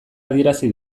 adierazi